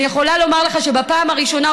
אני יכולה לומר לך שבפעם הראשונה,